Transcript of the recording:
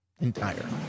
Entire